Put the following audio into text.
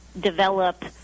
develop